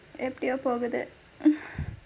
எப்படியோ போகுது:eppadiyo poguthu